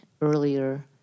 earlier